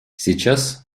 сейчас